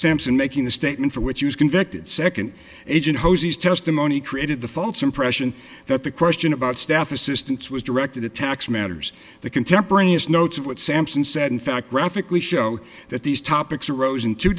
simpson making the statement for which he was convicted second agent jose's testimony created the folks impression that the question about staff assistance was directed at tax matters the contemporaneous notes of what sampson said in fact graphically show that these topics arose in two